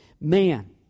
man